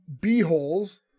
b-holes